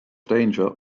danger